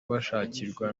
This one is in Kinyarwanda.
bashakirwa